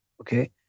Okay